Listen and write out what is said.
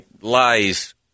lies